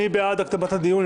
מי בעד הקדמת הדיון?